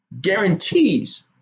guarantees